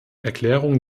erklärung